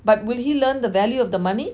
but will he learn the value of the money